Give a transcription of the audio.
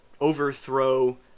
overthrow